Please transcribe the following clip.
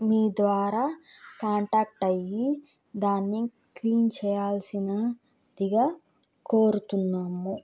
మీ ద్వారా కాంటాక్ట్ అయ్యి దాన్ని క్లీన్ చేయాల్సిందిగా కోరుతున్నాము